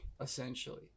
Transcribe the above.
essentially